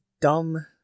dumb